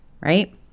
right